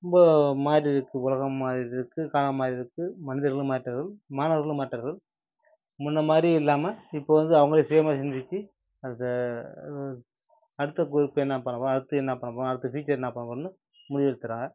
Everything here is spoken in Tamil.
ரொம்ப மாறியிருக்கு உலகம் மாறியிருக்கு காலம் மாறியிருக்கு மனிதர்களும் மாறிவிட்டார்கள் மாணவர்களும் மாறிவிட்டார்கள் முன்னெ மாதிரி இல்லாமல் இப்போ வந்து அவங்களே சுயமாக சிந்தித்து அடுத்த அடுத்த க்ரூப்பு என்ன பண்ணப் போகிறோம் அடுத்து என்ன பண்ணப் போகிறோம் அடுத்து ஃப்யூச்சர் என்ன பண்ணப் போகிறோன்னு முடிவு எடுக்கிறாங்க